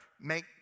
make